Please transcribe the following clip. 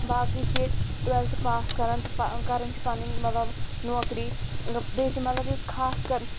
باقٕے چھ ییٚتہِ ٹُوؠلتھٕ پاس کَران تہٕ کَران چھ پَنٕنۍ مَطلَب نوکٕری بیٚیہِ چھ مَطلَب ییٚتہِ خاص کَر